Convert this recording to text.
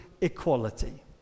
equality